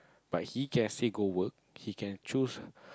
but he can still go work he can choose